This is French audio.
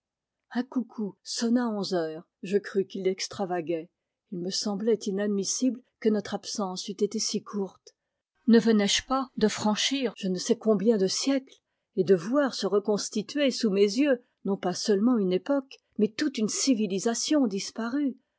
un coucou sonna onze heures je crus qu'il extravaguait il me semblait inadmissible que notre absence eût été si courte ne venais je pas de franchir je ne sais combien de siècles et de voir se reconstituer sous mes yeux non pas seulement une époque mais toute une civilisation disparue